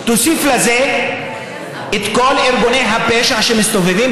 ותוסיף לזה את כל ארגוני הפשע שמסתובבים